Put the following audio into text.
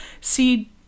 see